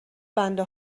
بنده